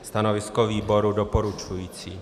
Stanovisko výboru je doporučující.